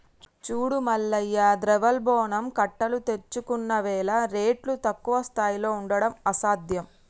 చూడు మల్లయ్య ద్రవ్యోల్బణం కట్టలు తెంచుకున్నవేల రేట్లు తక్కువ స్థాయిలో ఉండడం అసాధ్యం